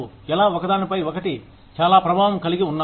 ఎలా ఒకదానిపై ఒకటి చాలా ప్రభావం కలిగి ఉన్నారు